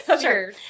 Sure